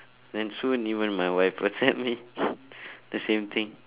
then soon even my wife WhatsApp me the same thing